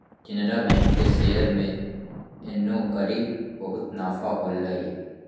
Canara bank के share में एन्नेकारी बहुते नफा होलई